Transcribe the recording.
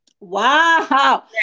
Wow